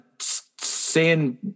seeing